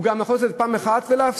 והוא גם יכול לעשות את זה פעם אחת ולהפסיק.